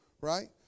right